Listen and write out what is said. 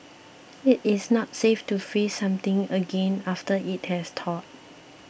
it is not safe to freeze something again after it has thawed